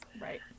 Right